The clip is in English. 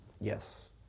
Yes